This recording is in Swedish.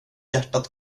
hjärtat